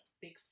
Big